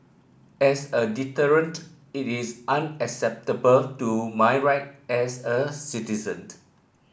as a deterrent it is unacceptable to my right as a citizen